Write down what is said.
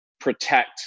protect